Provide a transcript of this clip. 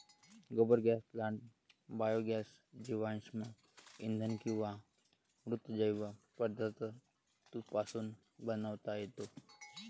गोबर gas plant biogas जीवाश्म इंधन किंवा मृत जैव पदार्थांपासून बनवता येतो